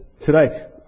today